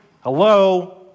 hello